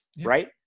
Right